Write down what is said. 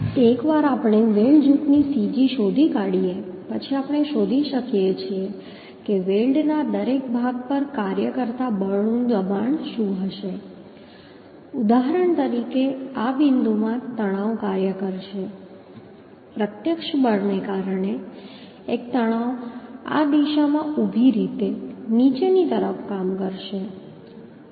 એકવાર આપણે વેલ્ડ જૂથની cg શોધી કાઢીએ પછી આપણે શોધી શકીએ છીએ કે વેલ્ડના દરેક ભાગ પર કાર્ય કરતા બળનું દબાણ શું હશે ઉદાહરણ તરીકે આ બિંદુમાં તણાવ કાર્ય કરશે પ્રત્યક્ષ બળને કારણે એક તણાવ આ દિશામાં ઊભી રીતે નીચેની તરફ કામ કરશે